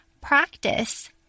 practice